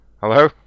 Hello